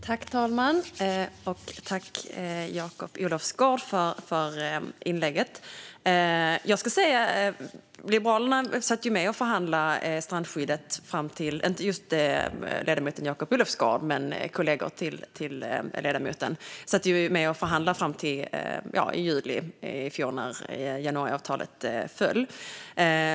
Fru talman! Tack, Jakob Olofsgård, för inlägget! Liberalerna - inte just ledamoten Jakob Olofsgård, men kollegor till ledamoten - satt ju med och förhandlade om strandskyddet fram till i juli i fjol, när januariavtalet föll.